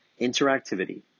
Interactivity